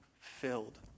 filled